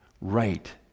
right